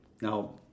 Now